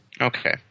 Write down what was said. Okay